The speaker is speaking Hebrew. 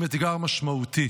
עם אתגר משמעותי: